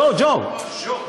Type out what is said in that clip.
לא ג'ו, ז'ו.